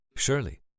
Surely